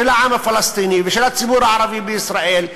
של העם הפלסטיני ושל הציבור הערבי בישראל,